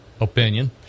opinion